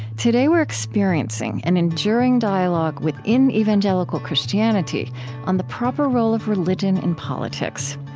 today, we're experiencing an enduring dialogue within evangelical christianity on the proper role of religion in politics.